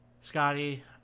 Scotty